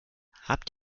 habt